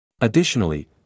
Additionally